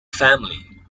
family